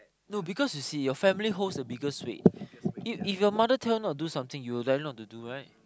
no because you see your family holds the biggest weight if your mother tell you not to do something you will dare not to do right